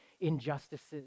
injustices